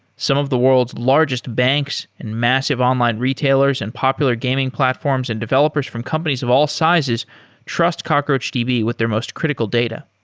some of the world's largest banks and massive online retailers and popular gaming platforms and developers from companies of all sizes trust cockroachdb with their most critical data.